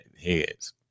heads